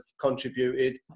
contributed